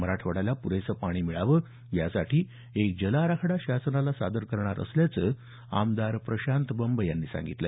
मराठवाड्याला पुरेसं पाणी मिळावं यासाठी एक जल आराखडा शासनाला सादर करणार असल्याचं आमदार प्रशांत बंब यांनी सांगितलं